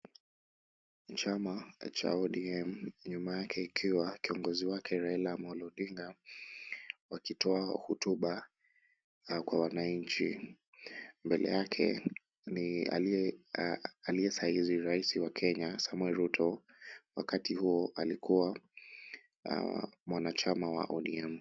Chama cha ODM nyuma yake ikiwa kiongozi wake Raila Odinga wakitoa hotuba kwa wanainji mbele ni aliyesaisi rais wa Kenya Samoei Ruto wakati huo alikuwa alikuwa mwana chama wa ODM.